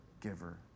giver